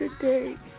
today